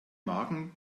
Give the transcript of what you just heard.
magen